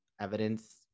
evidence